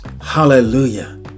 Hallelujah